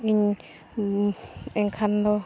ᱤᱧ ᱮᱱᱠᱷᱟᱱ ᱫᱚ